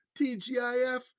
TGIF